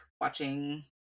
Watching